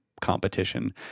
competition